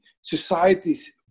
Societies